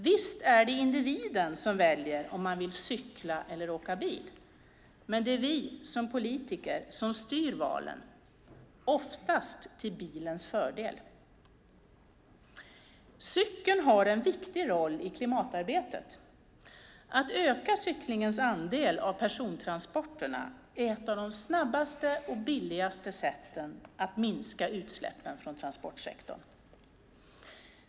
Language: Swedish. Visst är det individen som väljer om man vill cykla eller åka bil, men det är vi som politiker som styr valen - oftast till bilens fördel. Cykeln har en viktig roll i klimatarbetet. Att öka cyklingens andel av persontransporterna är ett av de snabbaste och billigaste sätten att minska utsläppen från transportsektorn.